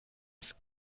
ist